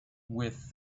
with